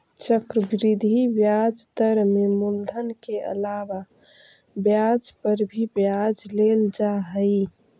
चक्रवृद्धि ब्याज दर में मूलधन के अलावा ब्याज पर भी ब्याज लेल जा हई